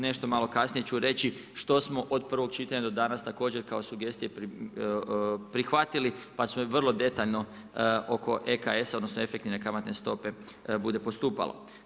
Nešto malo kasnije ću reći što smo od prvog čitanja do danas također kao sugestije prihvatili, pa smo vrlo detaljno oko EKS-a odnosno efektivne kamatne stope bude postupalo.